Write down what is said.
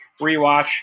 rewatch